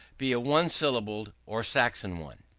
be a one-syllabled or saxon one.